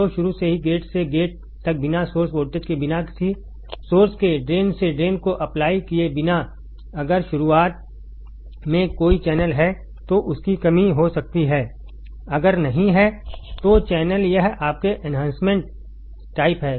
तो शुरू से ही गेट से गेट तक बिना सोर्स वोल्टेज के बिना किसी सोर्स के ड्रेन से ड्रेन को अप्लाई किए बिना अगर शुरुआत में कोई चैनल है तो उसकी कमी हो सकती है अगर नहीं है तो चैनल यह आपके एन्हांसमेंट टाइप है